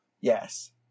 Yes